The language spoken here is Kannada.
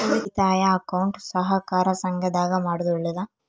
ಉಳಿತಾಯ ಅಕೌಂಟ್ ಸಹಕಾರ ಸಂಘದಾಗ ಮಾಡೋದು ಒಳ್ಳೇದಾ?